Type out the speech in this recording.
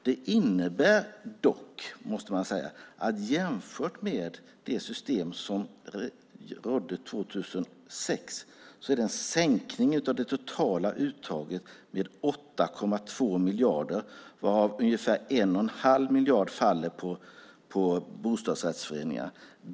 Det innebär dock, måste man säga, jämfört med det system som rådde 2006, en sänkning av det totala uttaget med 8,2 miljarder, varav ungefär 1 1⁄2 miljard faller på bostadsrättsföreningar.